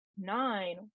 nine